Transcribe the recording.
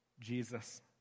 Jesus